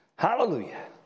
Hallelujah